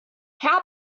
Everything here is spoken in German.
herr